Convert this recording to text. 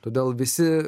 todėl visi